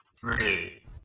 three